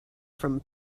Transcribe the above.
from